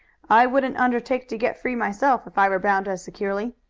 i wouldn't undertake to get free myself if i were bound as securely.